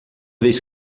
vez